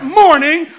morning